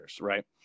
right